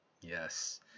Yes